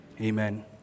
amen